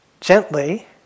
gently